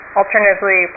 alternatively